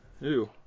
Ew